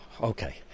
okay